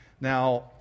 Now